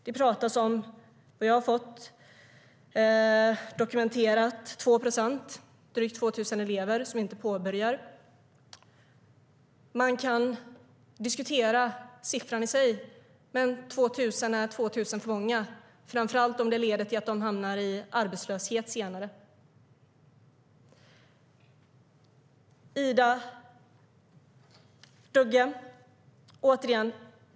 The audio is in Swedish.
Det talas om och jag har fått dokumenterat 2 procent, alltså drygt 2 000 elever, som inte påbörjar. Man kan diskutera siffran i sig, men 2 000 är 2 000 för många, framför allt om det leder till att de hamnar i arbetslöshet senare. Ida Drougge!